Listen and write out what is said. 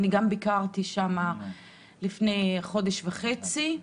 ביקרתי שם לפני חודש וחצי,